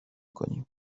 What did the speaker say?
کنیم